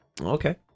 okay